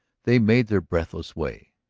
they made their breathless way.